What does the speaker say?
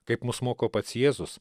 kaip mus moko pats jėzus